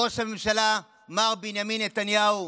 ראש הממשלה מר בנימין נתניהו,